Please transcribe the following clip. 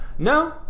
no